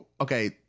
okay